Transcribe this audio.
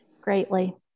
greatly